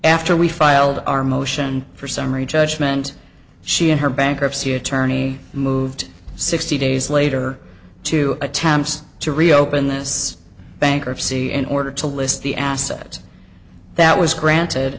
after we filed our motion for summary judgment she and her bankruptcy attorney moved sixty days later to attempts to reopen this bankruptcy in order to list the assets that was granted